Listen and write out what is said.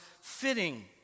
fitting